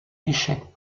échec